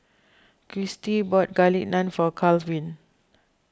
Christie bought Garlic Naan for Kalvin